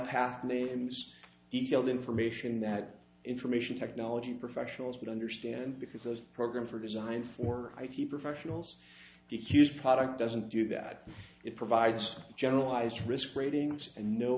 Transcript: pathnames detailed information that information technology professionals would understand because those programs were designed for i t professionals use product doesn't do that it provides generalized risk ratings and no